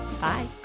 Bye